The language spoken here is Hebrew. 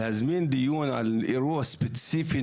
להזמין דיון על אירוע ספציפי,